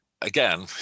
again